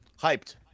hyped